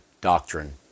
doctrine